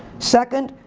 second,